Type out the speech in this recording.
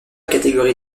catégorie